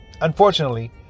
Unfortunately